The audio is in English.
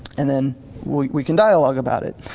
and then we can dialogue about it.